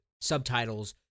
subtitles